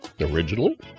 originally